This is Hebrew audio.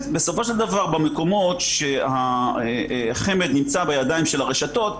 במקומות שהחמ"ד נמצא בידיים של הרשתות,